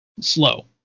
slow